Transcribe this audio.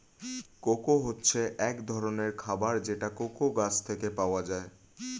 cocoa হচ্ছে এক ধরনের খাবার যেটা কোকো গাছ থেকে পাওয়া যায়